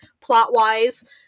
plot-wise